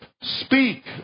Speak